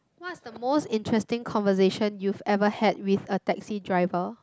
what is the most interesting conversation you've ever had with a taxi driver